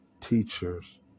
teachers